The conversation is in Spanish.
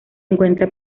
encuentra